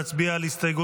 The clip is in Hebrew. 49 בעד, 60 נגד.